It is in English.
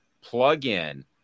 plug-in